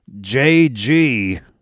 JG